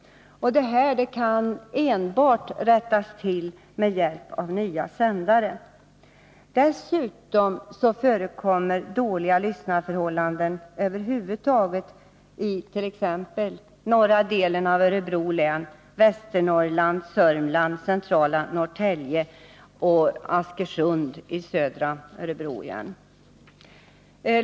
Det här kan rättas till enbart med hjälp av nya Nr 93 sändare. Dessutom förekommer dåliga lyssnarförhållanden över huvud taget Onsdagen den it.ex. norra delen av Örebro län, i Västernorrland, i Sörmland, i centrala 11 mars 1981 Norrtälje och i Askersund i södra Örebro län.